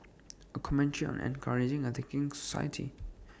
A commentary on encouraging A thinking society